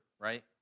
right